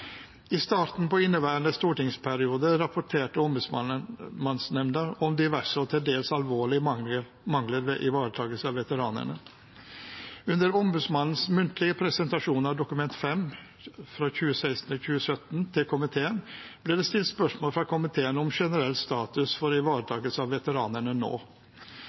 I starten på inneværende stortingsperiode rapporterte Ombudsmannen om diverse og til dels alvorlige mangler ved ivaretakelsen av veteranene. Under Ombudsmannens muntlige presentasjon av Dokument 5 for 2016–2017 til komiteen, ble det stilt spørsmål fra komiteen om generell status for ivaretakelse av veteranene nå.